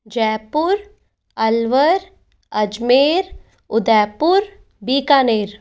Jaipur Alwar Ajmer Udaipur Bikaner